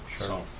Sure